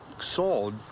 sold